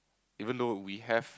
even though we have